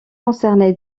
concerné